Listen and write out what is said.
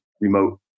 remote